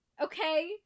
Okay